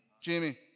Jamie